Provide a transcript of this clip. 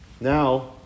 Now